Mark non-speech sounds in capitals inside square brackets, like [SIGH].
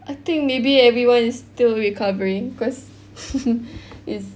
I think maybe everyone is still recovering cause [LAUGHS] it's